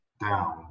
down